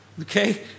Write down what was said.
Okay